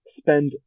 spend